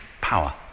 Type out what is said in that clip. power